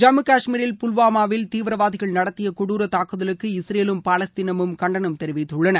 ஜம்மு காஷ்மீரில் புல்வாமாவில் தீவிரவாதிகள் நடத்திய கொடுர தாக்குதலுக்கு இஸ்ரேலும் பாலஸ்தீனமும் கண்டனம் தெரிவித்துள்ளன